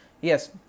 yes